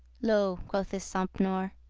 lo, quoth this sompnour,